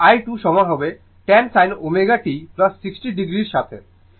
এবং i2 সমান হবে 10 sin ω t 60o এর সাথে